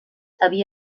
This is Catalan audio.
havia